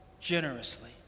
generously